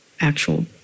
actual